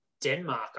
Denmark